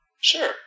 Sure